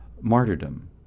martyrdom